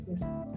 yes